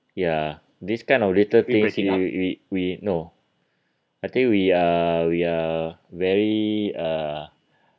ya this kind of little things we we we no I think we are we are very uh